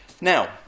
Now